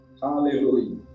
Hallelujah